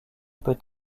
peut